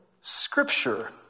scripture